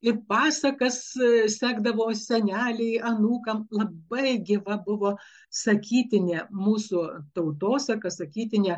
ir pasakas sekdavo seneliai anūkam labai gyva buvo sakytinė mūsų tautosaka sakytinė